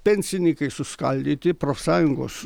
pensininkai suskaldyti profsąjungos